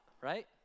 right